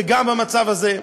וגם במצב הזה.